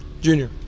junior